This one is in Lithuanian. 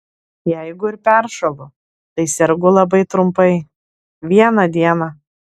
jeigu ir peršąlu tai sergu labai trumpai vieną dieną